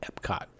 epcot